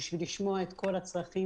כדי לשמוע את כל הצרכים,